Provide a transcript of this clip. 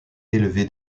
élevé